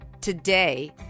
Today